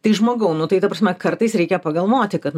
tai žmogau nu tai ta prasme kartais reikia pagalvoti kad